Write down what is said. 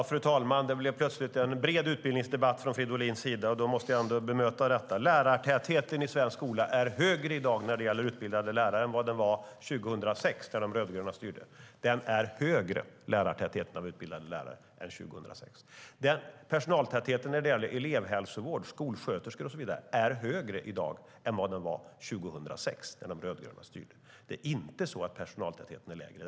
Fru talman! Det blev plötsligt en bred utbildningsdebatt från Fridolins sida, och då måste jag bemöta det. Lärartätheten i svensk skola är högre i dag när det gäller utbildade lärare än vad den var 2006, när de rödgröna styrde. Den är högre. Personaltätheten när det gäller elevhälsovård, skolsköterskor och så vidare är högre i dag än vad den var 2006, när de rödgröna styrde. Personaltätheten är inte lägre.